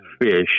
fish